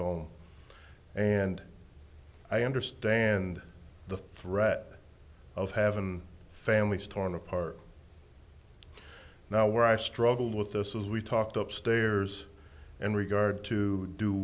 home and i understand the threat of haven't families torn apart now where i struggled with this was we talked up stairs and regard to do